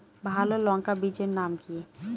ভালো লঙ্কা বীজের নাম কি?